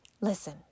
Listen